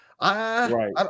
Right